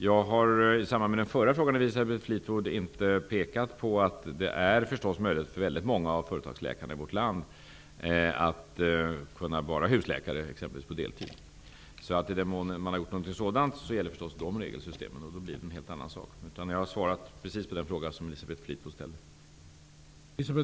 Fleetwood pekade jag inte på att det är möjligt för många av företagsläkarna i vårt land att vara husläkare exempelvis på deltid. I den mån de blir det, gäller det regelsystemet. Då blir det en helt annan sak. Jag har här svarat på precis den fråga som Elisabeth Fleetwood ställde.